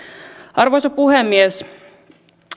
arvoisa puhemies